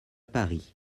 paris